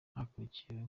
hakurikiyeho